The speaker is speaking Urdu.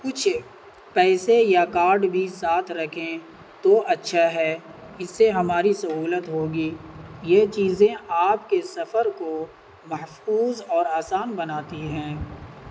کچھ پیسے یا کارڈ بھی ساتھ رکھیں تو اچھا ہے اس سے ہماری سہولت ہوگی یہ چیزیں آپ کے سفر کو محفوظ اور آسان بناتی ہیں